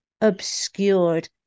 obscured